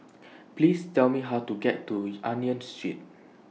Please Tell Me How to get to Union Street